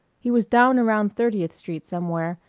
he was down around thirtieth street somewhere,